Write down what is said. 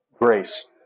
grace